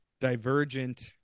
Divergent